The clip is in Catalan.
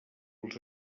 els